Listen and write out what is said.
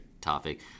topic